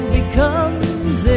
becomes